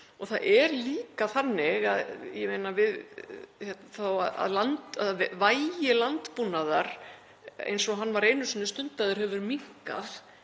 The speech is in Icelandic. Það er líka þannig að vægi landbúnaðar, eins og hann var einu sinni stundaður, hefur minnkað